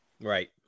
Right